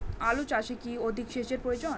আলু চাষে কি অধিক সেচের প্রয়োজন?